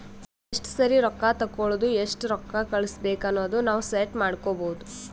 ಎಸ್ಟ ಸರಿ ರೊಕ್ಕಾ ತೇಕೊಳದು ಎಸ್ಟ್ ರೊಕ್ಕಾ ಕಳುಸ್ಬೇಕ್ ಅನದು ನಾವ್ ಸೆಟ್ ಮಾಡ್ಕೊಬೋದು